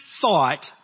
thought